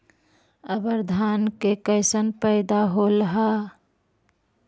अबर धान के कैसन पैदा होल हा?